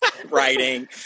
Writing